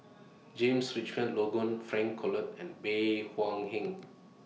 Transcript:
James Richardson Logan Frank Cloutier and Bey Hua Heng